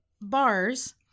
Bars